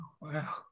wow